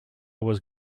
was